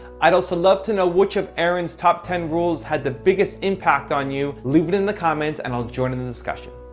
i'd also love to know which of aaron's top ten rules had the biggest impact on you. leave it in the comments and i'll join in the discussion.